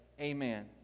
Amen